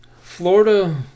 Florida